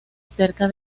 cerca